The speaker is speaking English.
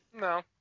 No